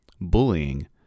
bullying